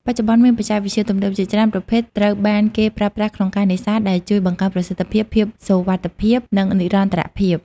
បច្ចុប្បន្ន មានបច្ចេកវិទ្យាទំនើបជាច្រើនប្រភេទត្រូវបានគេប្រើប្រាស់ក្នុងការនេសាទ ដែលជួយបង្កើនប្រសិទ្ធភាព ភាពសុវត្ថិភាព និងនិរន្តរភាព។